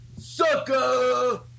Sucker